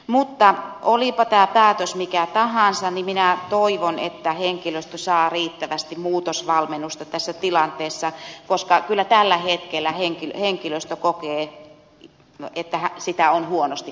mutta olipa tämä päätös mikä tahansa niin minä toivon että henkilöstö saa riittävästi muutosvalmennusta tässä tilanteessa koska kyllä tällä hetkellä henkilöstö kokee että sitä on huonosti kohdeltu